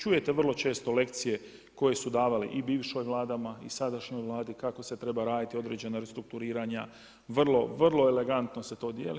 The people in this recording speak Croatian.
Čujete vrlo često lekcije koje su davale i bivšim Vladama i sadašnjoj Vladi kako se treba raditi određena restrukturiranja, vrlo, vrlo elegantno se to dijeli.